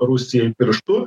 rusijai pirštu